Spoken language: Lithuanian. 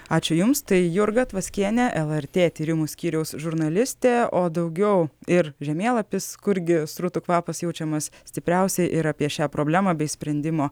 ačiū jums tai jurga tvaskienė lrt tyrimų skyriaus žurnalistė o daugiau ir žemėlapis kurgi srutų kvapas jaučiamas stipriausiai ir apie šią problemą bei sprendimo